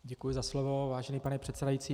Děkuji za slovo, vážený pane předsedající.